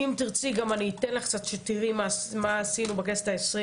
אם תרצי אני אתן לך קצת שתראי מה עשינו בכנסת ה-20,